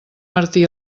martí